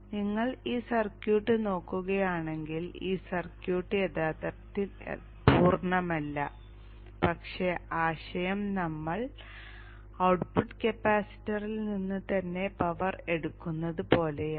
നിങ്ങൾ ഈ സർക്യൂട്ട് നോക്കുകയാണെങ്കിൽ ഈ സർക്യൂട്ട് യഥാർത്ഥത്തിൽ പൂർണ്ണമല്ല പക്ഷേ ആശയം നമ്മൾ ഔട്ട്പുട്ട് കപ്പാസിറ്ററിൽ നിന്ന് തന്നെ പവർ എടുക്കുന്നതുപോലെയാണ്